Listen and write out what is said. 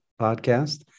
podcast